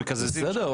בסדר.